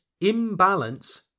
imbalance